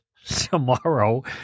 Tomorrow